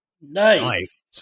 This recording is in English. Nice